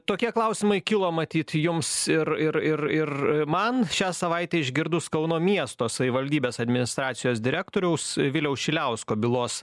tokie klausimai kilo matyt jums ir ir ir ir man šią savaitę išgirdus kauno miesto savivaldybės administracijos direktoriaus viliaus šiliausko bylos